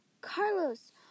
Carlos